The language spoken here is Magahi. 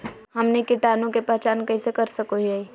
हमनी कीटाणु के पहचान कइसे कर सको हीयइ?